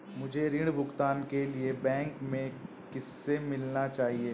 मुझे ऋण भुगतान के लिए बैंक में किससे मिलना चाहिए?